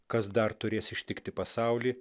kas dar turės ištikti pasaulį